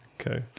Okay